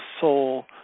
soul